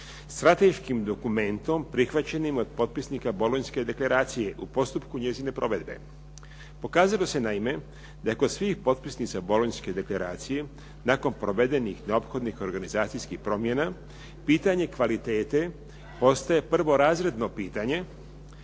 strateškim dokumentom prihvaćenim od potpisnika Bolonjske deklaracije u postupku njezine provedbe. Pokazalo se naime da je kod svih potpisnica Bolonjske deklaracije nakon provedenih neophodnih organizacijskih promjena pitanje kvalitete postaje prvorazredno pitanje